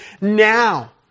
now